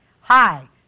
hi